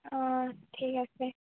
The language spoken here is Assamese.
অঁ ঠিক আছে